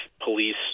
police